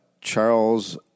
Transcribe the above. Charles